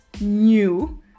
new